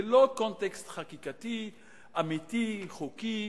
זה לא קונטקסט חקיקתי, אמיתי, חוקי,